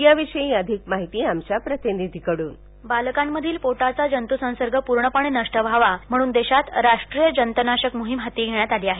याविषयी अधिक माहिती आमच्या प्रतिनिधीकडून व्हॉं इस कास्ट बालकांमधील पोटाचा जंतुसंसर्ग पूर्णपणे नष्ट व्हावा म्हणून देशात राष्ट्रीय जंतनाशक मोहीम हाती घेण्यात आली आहे